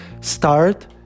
Start